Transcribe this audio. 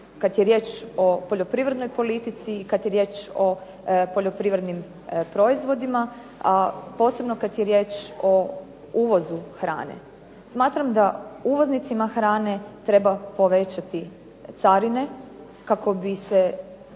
kad je riječ o poljoprivrednoj politici i kad je riječ o poljoprivrednim proizvodima, a posebno kad je riječ o uvozu hrane. Smatram da uvoznicima hrane treba povećati carine, kako bi se